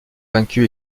vaincus